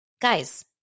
guys